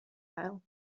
bijl